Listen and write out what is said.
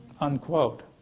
unquote